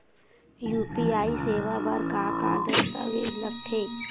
UPI सेवा बर का का दस्तावेज लगथे?